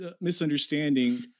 misunderstanding